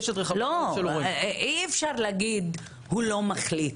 לא, אי-אפשר להגיד הוא לא מחליט.